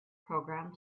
program